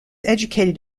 educated